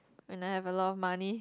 when I have a lot of money